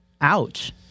Ouch